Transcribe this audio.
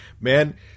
man